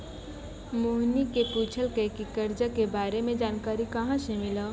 मोहिनी ने पूछलकै की करजा के बारे मे जानकारी कहाँ से मिल्हौं